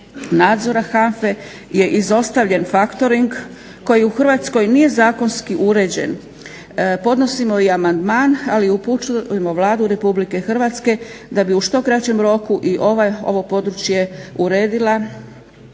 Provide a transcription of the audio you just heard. nadzora HANFA-e je izostavljen faktoring koji u Hrvatskoj nije zakonski uređen podnosimo i amandman, ali i upućujemo Vladu RH da bi u što kraćem roku i ovo područje uredila,